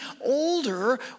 older